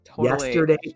Yesterday